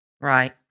Right